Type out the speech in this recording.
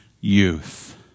youth